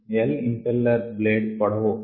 L impeller blade పొడవు